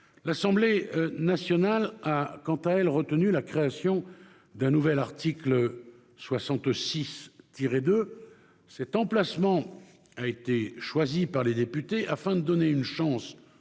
L'Assemblée nationale a, quant à elle, retenu la création d'un nouvel article 66-2. Cet emplacement a été choisi par les députés afin de donner une chance